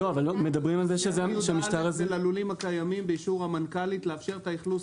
זה ללולים הקיימים באישור המנכ"לית לאפשר את האכלוס.